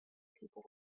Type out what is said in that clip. people